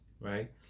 right